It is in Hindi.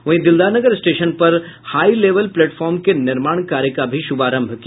वहीं दिलदार नगर स्टेशन पर हाई लेवल प्लेटफार्म के निर्माण कार्य का भी शुभारंभ किया